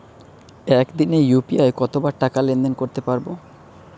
একদিনে ইউ.পি.আই কতবার টাকা লেনদেন করতে পারব?